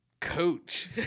coach